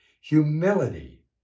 humility